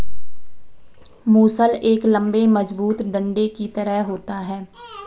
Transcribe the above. मूसल एक लम्बे मजबूत डंडे की तरह होता है